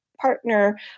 partner